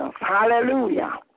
Hallelujah